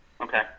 Okay